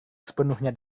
sepenuhnya